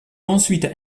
ensuite